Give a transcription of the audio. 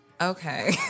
Okay